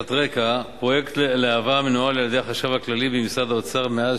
קצת רקע: פרויקט להב"ה מנוהל על-ידי החשב הכללי במשרד האוצר מאז